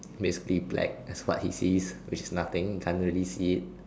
misty black is what he sees which is nothing can't really see it